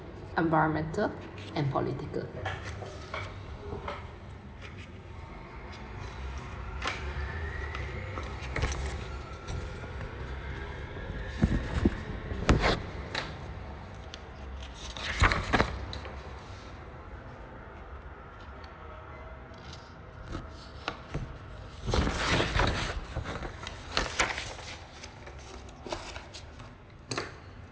environmental and political